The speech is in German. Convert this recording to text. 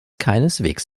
keineswegs